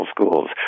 schools